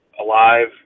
alive